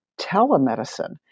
telemedicine